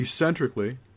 eccentrically